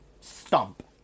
stump